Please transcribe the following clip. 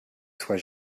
soient